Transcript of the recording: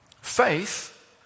Faith